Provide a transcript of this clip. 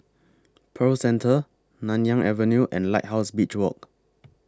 Pearl Centre Nanyang Avenue and Lighthouse Beach Walk